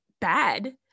bad